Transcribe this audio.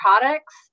products